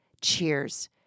cheers